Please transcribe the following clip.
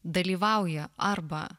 dalyvauja arba